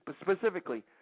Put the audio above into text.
specifically